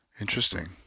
interesting